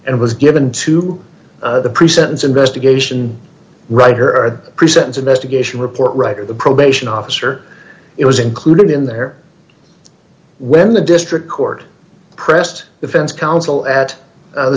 and was given to the pre sentence investigation writer pre sentence investigation report writer the probation officer it was included in there when the district court pressed defense counsel at the